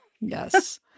Yes